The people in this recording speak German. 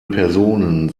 personen